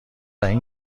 منفی